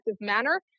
manner